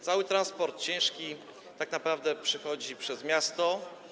Cały transport ciężki tak naprawdę przechodzi przez miasto.